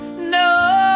no,